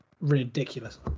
Ridiculous